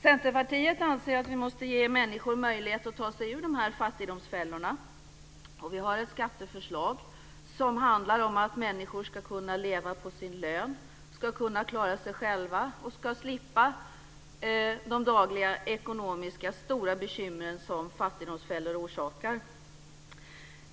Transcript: Centerpartiet anser att vi måste ge människor möjlighet att ta sig ur de här fattigdomsfällorna. Vi har ett skatteförslag som handlar om att människor ska kunna leva på sin lön, ska kunna klara sig själva och ska slippa de dagliga, stora ekonomiska bekymmer som fattigdomsfällor orsakar.